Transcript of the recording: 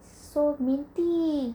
so minty